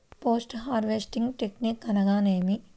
Post harvesting technique అనగా నేమి?